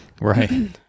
Right